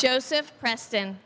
joseph preston